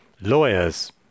lawyers